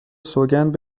سوگند